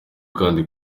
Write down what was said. kandi